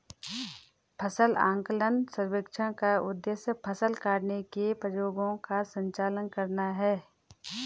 फसल आकलन सर्वेक्षण का उद्देश्य फसल काटने के प्रयोगों का संचालन करना है